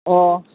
ꯑꯣ